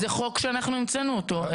זה חוק שאנחנו המצאנו אותו.